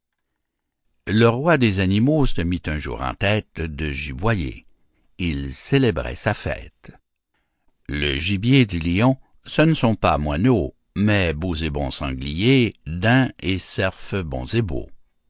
le roi des animaux se mit un jour en tête de giboyer il célébrait sa fête le gibier du lion ce ne sont pas moineaux mais beaux et bons sangliers daims et cerfs bons